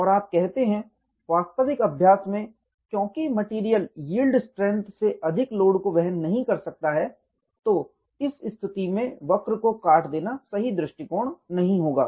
और आप कहते हैं वास्तविक अभ्यास में क्योंकि मेटेरियल यील्ड स्ट्रेंथ से अधिक लोड को वहन नहीं कर सकता है तो इस स्थिति में वक्र को काट देना सही दृष्टिकोण नहीं होगा